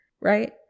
right